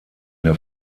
der